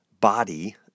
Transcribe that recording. body